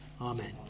Amen